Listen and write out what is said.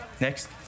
Next